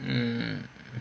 um